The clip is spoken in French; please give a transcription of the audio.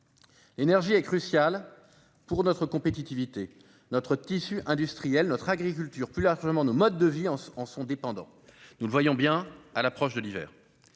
L'énergie est cruciale pour notre compétitivité. Notre tissu industriel, notre agriculture et, plus généralement, nos modes de vie en sont dépendants, nous le voyons bien à l'approche de l'hiver.